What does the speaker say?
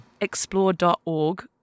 Explore.org